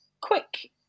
Quick